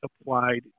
applied